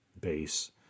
base